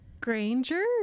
granger